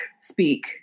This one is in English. speak